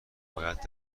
باید